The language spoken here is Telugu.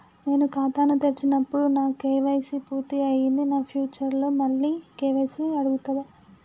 నేను ఖాతాను తెరిచినప్పుడు నా కే.వై.సీ పూర్తి అయ్యింది ఫ్యూచర్ లో మళ్ళీ కే.వై.సీ అడుగుతదా?